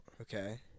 Okay